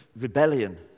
rebellion